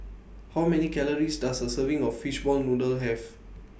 How Many Calories Does A Serving of Fishball Noodle Have